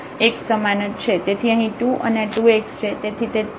તેથી અહીં 2 અને આ 2 x છે